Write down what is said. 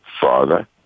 father